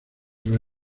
los